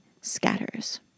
scatters